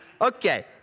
Okay